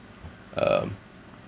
um